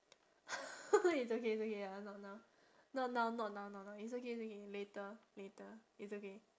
it's okay it's okay ya not now not now not now not now it's okay it's okay later later it's okay